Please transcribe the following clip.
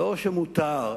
לא שמותר,